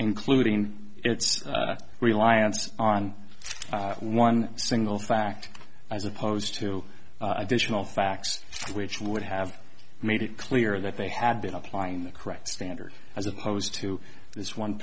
including its reliance on one single fact as opposed to additional facts which would have made it clear that they had been applying the correct standard as opposed to this one